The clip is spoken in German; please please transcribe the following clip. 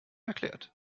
erklärt